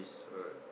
alright